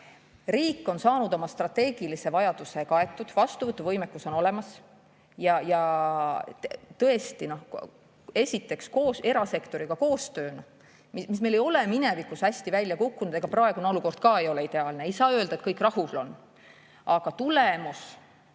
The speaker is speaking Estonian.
riik on saanud oma strateegilise vajaduse kaetud, vastuvõtuvõimekus on olemas. Tõesti, esiteks koos erasektoriga, koostööna, mis meil ei ole minevikus hästi välja kukkunud, ka praegune olukord ei ole ideaalne, ei saa öelda, et kõik rahul on. Aga tulemus